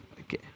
Okay